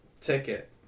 ticket